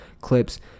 clips